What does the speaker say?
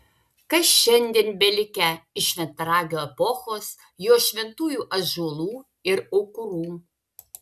kas šiandien belikę iš šventaragio epochos jos šventųjų ąžuolų ir aukurų